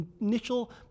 initial